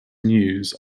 news